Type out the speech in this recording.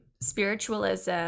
spiritualism